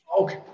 Okay